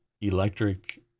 electric